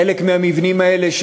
חלק מהמבנים האלה,